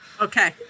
Okay